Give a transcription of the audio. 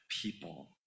people